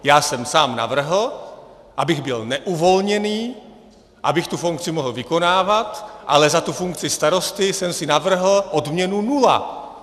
Já jsem sám navrhl, abych byl neuvolněný, abych tu funkci mohl vykonávat, ale za tu funkci starosty jsem si navrhl odměnu nula.